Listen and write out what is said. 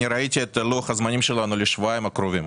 אני ראיתי את לוח הזמנים שלנו לשבועיים הקרובים.